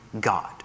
God